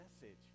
message